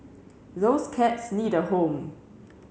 those cats need a home